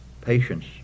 patience